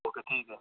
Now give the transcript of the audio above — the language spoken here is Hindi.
ओके ठीक है